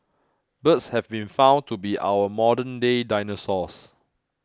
birds have been found to be our modernday dinosaurs